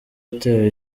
atewe